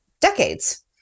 decades